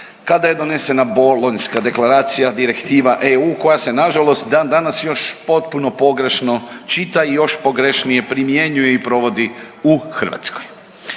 kada je donesena Bolonjska deklaracija Direktiva EU koja se nažalost dan danas još potpuno pogrešno čita i još pogrešnije primjenjuje i provodi u Hrvatskoj.